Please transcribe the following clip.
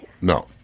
No